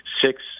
six